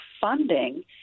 funding